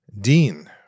dean